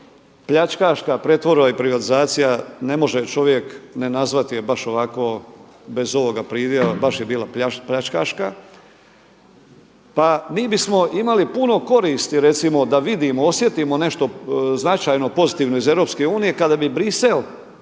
pljačkaška pretvorba i privatizacija ne može čovjek ne nezvati je baš ovako bez ovoga pridjeva, baš je bila pljačkaška. Pa mi bismo imali recimo puno koristi da vidimo, osjetimo nešto značajno pozitivno iz EU kada bi Bruxelles